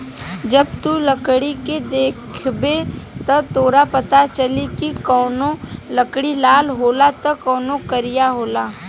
जब तू लकड़ी के देखबे त तोरा पाता चली की कवनो लकड़ी लाल होला त कवनो करिया होला